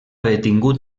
detingut